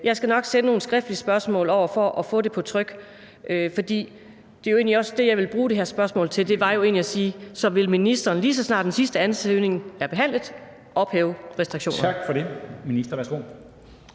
Jeg skal nok sende nogle skriftlige spørgsmål over for at få det på tryk. For det var jo egentlig også det, jeg ville bruge det her spørgsmål til, nemlig at spørge, om ministeren, lige så snart den sidste ansøgning er behandlet, vil ophæve restriktionerne. Kl. 13:43 Formanden